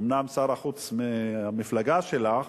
אומנם שר החוץ מהמפלגה שלך,